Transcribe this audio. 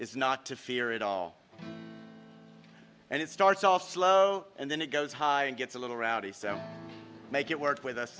is not to fear it all and it starts off and then it goes and gets a little rowdy so make it work with us